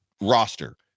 roster